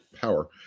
power